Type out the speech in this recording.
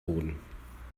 boden